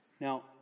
Now